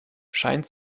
scheint